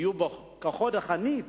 יהיו בחוד החנית,